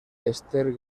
esther